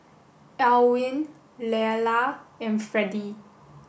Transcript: Elwin Leila and Fredie